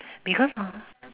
because ah